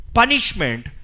punishment